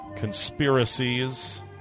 conspiracies